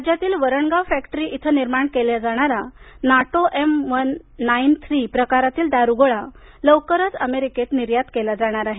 राज्यातील वरणगाव फॅक्टरी इथं निर्माण केला जाणारा NATO M one nine three प्रकारातील दारुगोळा लवकरच अमेरिकेत निर्यात केला जाणार आहे